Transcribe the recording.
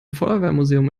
feuerwehrmuseum